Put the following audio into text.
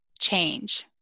change